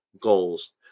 goals